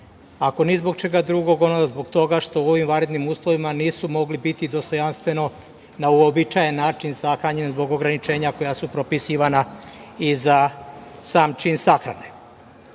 ako ni zbog čega drugog, ono zbog toga što u ovim vanrednim uslovima nisu mogli biti dostojanstveno na uobičajen način sahranjeni zbog ograničenja koja su propisivana i za sam čin sahrane. Molio